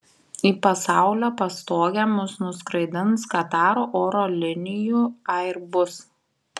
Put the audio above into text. į pasaulio pastogę mus nuskraidins kataro oro linijų airbus